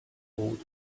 fought